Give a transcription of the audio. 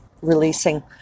releasing